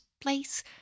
place